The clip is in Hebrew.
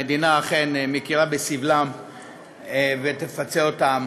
המדינה אכן מכירה בסבלן ותפצה אותן